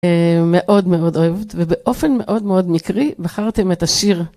מאוד מאוד אוהבות, ובאופן מאוד מאוד מקרי, בחרתם את השיר.